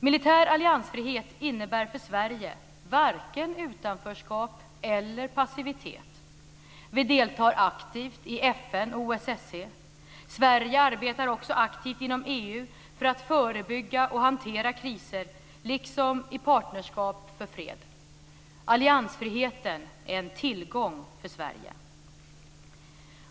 Militär alliansfrihet innebär för Sverige varken utanförskap eller passivitet. Vi deltar aktivt i FN och OSSE. Sverige arbetar också aktivt inom EU för att förebygga och hantera kriser, liksom i Partnerskap för fred. Alliansfriheten är en tillgång för Sverige.